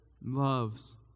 loves